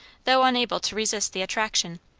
though unable to resist the attraction.